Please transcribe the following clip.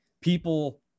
people